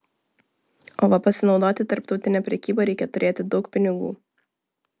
o va pasinaudoti tarptautine prekyba reikia turėti daug pinigų